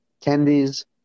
candies